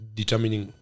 determining